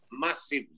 massive